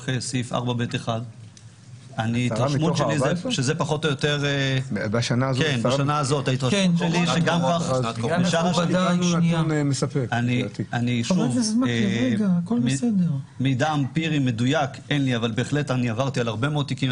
סעיף 4ב1. מידע אמפירי אין לי אבל בהחלט עברתי על הרבה מאוד תיקים.